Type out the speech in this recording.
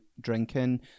drinking